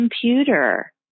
computer